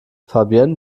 fabienne